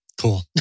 cool